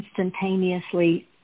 instantaneously